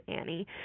Annie